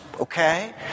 okay